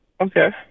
Okay